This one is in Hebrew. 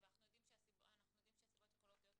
ואנחנו יודעים שהסיבות יכולות להיות מגוונות,